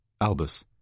Albus